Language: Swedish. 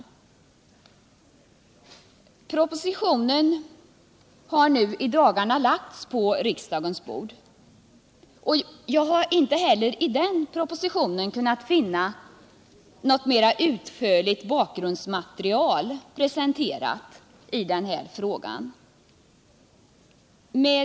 Denna proposition har i dagarna lagts på riksdagens bord, men jag har inte heller i den kunnat finna att något mer utförligt bakgrundsmaterial för den här frågan är presenterat.